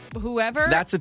whoever